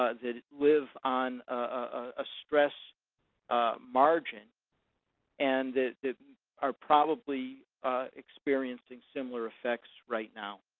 ah that live on a stress margin and that are probably experiencing similar effects right now.